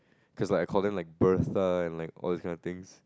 cause like I called them like Bertha and like all this kind of things